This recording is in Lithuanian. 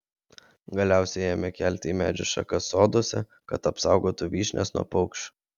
galiausiai ėmė kelti į medžių šakas soduose kad apsaugotų vyšnias nuo paukščių